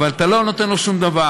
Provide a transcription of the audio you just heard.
אבל אתה לא נותן לו שום דבר,